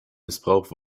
missbraucht